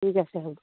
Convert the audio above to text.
ঠিক আছে হ'ব